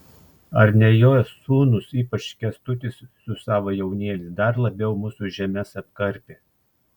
ar ne jo sūnūs ypač kęstutis su savo jaunėliais dar labiau mūsų žemes apkarpė